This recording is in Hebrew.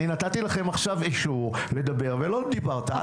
אני נתתי לכם עכשיו אישור לדבר ולא דיברתם,